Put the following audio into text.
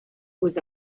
with